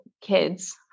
kids